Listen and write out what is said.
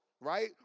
right